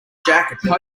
jacket